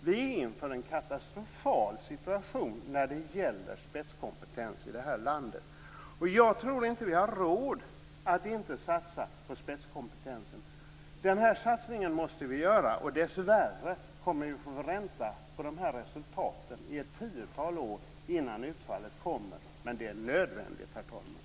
Vi står inför en katastrofal situation när det gäller spetskompetens i det här landet. Jag tror inte att vi har råd att inte satsa på spetskompetensen. Den satsningen måste vi göra. Dessvärre kommer vi att få ränta på de här resultaten i ett tiotal år innan utfallet kommer. Men det är nödvändigt, herr talman.